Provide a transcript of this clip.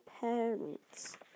parents